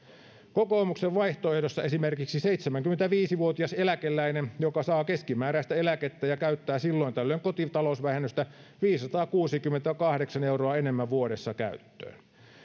kokoomuksen vaihtoehdossa esimerkiksi seitsemänkymmentäviisi vuotias eläkeläinen joka saa keskimääräistä eläkettä ja käyttää silloin tällöin kotitalousvähennystä saa viisisataakuusikymmentäkahdeksan euroa enemmän vuodessa käyttöönsä